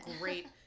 great